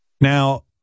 Now